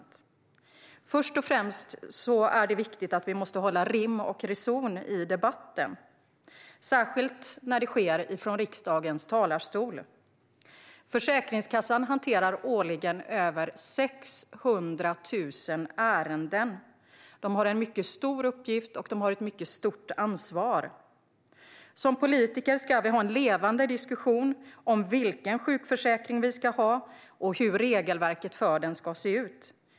Det är först och främst viktigt att det finns rim och reson i debatten, särskilt när den förs i riksdagens talarstol. Försäkringskassan hanterar årligen över 600 000 ärenden. De har en mycket stor uppgift, och de har ett mycket stort ansvar. Vi politiker ska ha en levande diskussion om vilken sjukförsäkring vi ska ha i Sverige och hur regelverket för den ska se ut.